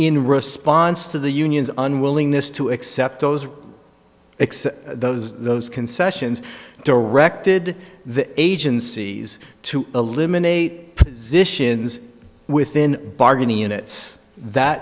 in response to the union's unwillingness to accept those those those concessions directed the agencies to eliminate zisha ins within bargaining units that